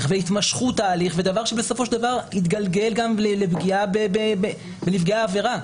והתמשכות ההליך וזה דבר שבסופו של דבר יתגלגל גם לפגיעה בנפגעי העבירה.